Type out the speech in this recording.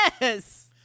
yes